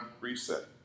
reset